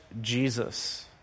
Jesus